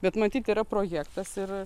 bet matyt yra projektas ir